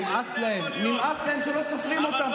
נמאס להם, נמאס להם שלא סופרים אותם.